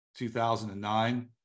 2009